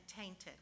tainted